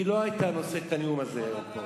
היא לא היתה נושאת את הנאום הזה פה.